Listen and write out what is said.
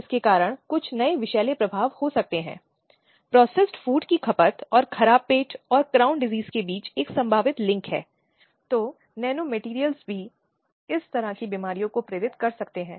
इसलिए वे एक बहुत महत्वपूर्ण निकाय हैं जो महिलाओं के कारण की सेवा के लिए आए हैं